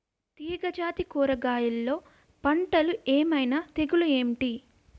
తీగ జాతి కూరగయల్లో పంటలు ఏమైన తెగులు ఏంటి?